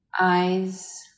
eyes